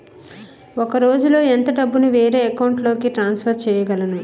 ఒక రోజులో ఎంత డబ్బుని వేరే అకౌంట్ లోకి ట్రాన్సఫర్ చేయగలను?